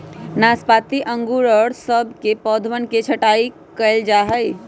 नाशपाती अंगूर और सब के पौधवन के छटाई कइल जाहई